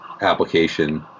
application